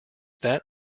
that